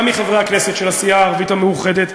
גם מחברי הכנסת של הסיעה הערבית המאוחדת,